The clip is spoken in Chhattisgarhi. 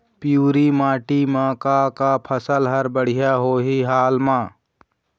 पिवरी माटी म का का फसल हर बढ़िया होही हाल मा?